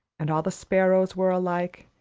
and all the sparrows were alike,